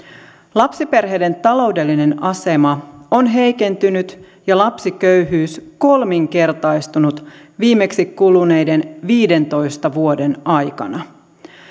lapsiperheiden taloudellinen asema on heikentynyt ja lapsiköyhyys kolmikertaistunut viimeksi kuluneiden viidentoista vuoden aikana